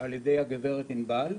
על ידי הגברת ענבל,